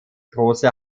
große